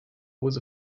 was